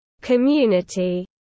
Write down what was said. community